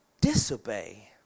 disobey